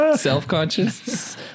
Self-conscious